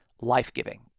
life-giving